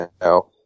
now